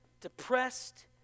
depressed